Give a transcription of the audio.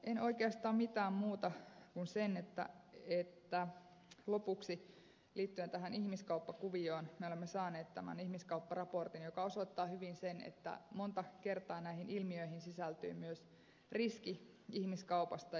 en oikeastaan totea lopuksi mitään muuta kuin sen että liittyen tähän ihmiskauppakuvioon me olemme saaneet tämän ihmiskaupparaportin joka osoittaa hyvin sen että monta kertaa näihin ilmiöihin sisältyy myös riski ihmiskaupasta